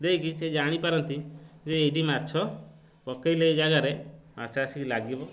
ଦେଇକି ସେ ଜାଣି ପାରନ୍ତି ଯେ ଏଇଠି ମାଛ ପକାଇଲେ ଏ ଜାଗାରେ ମାଛ ଆସିକି ଲାଗିବ